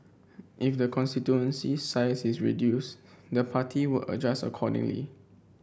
if the constituency's size is reduced the party would adjust accordingly